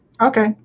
Okay